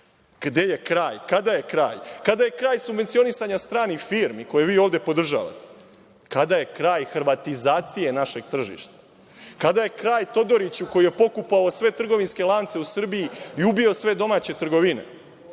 je kraj? Kada je kraj? Kada je kraj subvencionisanja stranih firmi koje vi ovde podržavate? Kada je kraj hrvatizacije našeg tržišta? Kada je kraj Todoriću koji je pokupovao sve trgovinske lance u Srbiji i ubio sve domaće trgovine? Odlično,